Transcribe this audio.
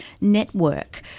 Network